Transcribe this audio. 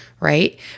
right